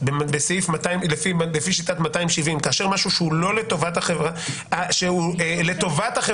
לפי שיטת 270, כאשר משהו הוא לטובת החברה אבל